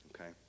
Okay